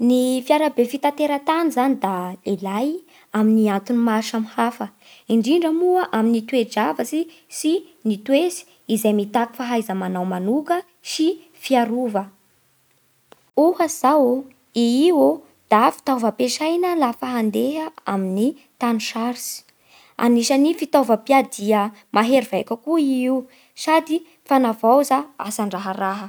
Ny fiarabe fitatera tany zany da ilay atin'ny maro samy hafa, indrindra moa amin'ny toe-javatsy sy ny toetsy izay mitaky fahaiza manao manoka sy fiarova. Ohatsy zao i io da fitaova ampiasaina lafa mandeha amin'ny tany sarotsy. Anisan'ny fitaovam-piadia mahery vaika koa i io day fanavaoza asa andraharaha.